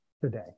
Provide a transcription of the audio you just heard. today